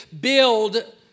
build